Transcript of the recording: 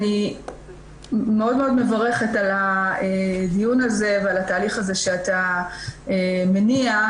אני מאוד-מאוד מברכת על הדיון הזה ועל התהליך שאתה מניע.